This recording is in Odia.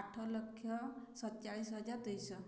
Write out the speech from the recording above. ଆଠ ଲକ୍ଷ ସତଚାଳିଶ ହଜାର ଦୁଇଶହ